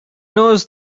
knows